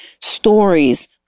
stories